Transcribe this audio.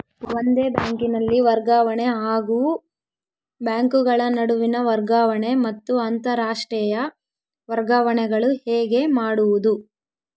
ಒಂದೇ ಬ್ಯಾಂಕಿನಲ್ಲಿ ವರ್ಗಾವಣೆ ಹಾಗೂ ಬ್ಯಾಂಕುಗಳ ನಡುವಿನ ವರ್ಗಾವಣೆ ಮತ್ತು ಅಂತರಾಷ್ಟೇಯ ವರ್ಗಾವಣೆಗಳು ಹೇಗೆ ಮಾಡುವುದು?